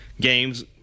games